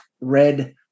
red